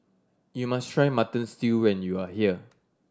you must try Mutton Stew when you are here